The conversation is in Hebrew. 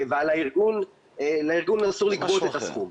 לארגון אסור לגבות את הסכום.